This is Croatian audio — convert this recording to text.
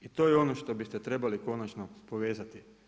I to je ono što biste trebali konačno povezati.